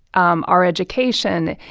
um our education,